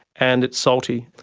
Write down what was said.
and it's salty.